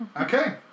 Okay